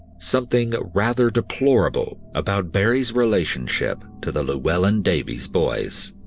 something rather deplorable about barrie's relationship to the llewelyn davies boys.